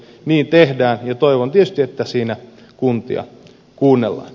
niin tehdään ja toivon tietysti että siinä kuntia kuunnellaan